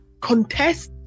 contest